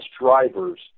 drivers